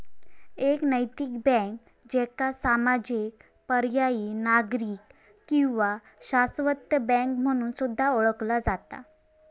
एक नैतिक बँक, ज्याका सामाजिक, पर्यायी, नागरी किंवा शाश्वत बँक म्हणून सुद्धा ओळखला जाता